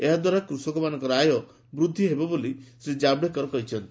ଏହାଦ୍ୱାରା କୃଷକମାନଙ୍କ ଆୟ ବୃଦ୍ଧି ହେବ ବୋଲି ଶ୍ରୀ ଜାଭଡେକର କହିଛନ୍ତି